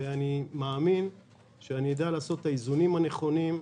ואני מאמין שאדע לעשות את האיזונים הנכונים,